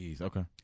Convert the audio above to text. okay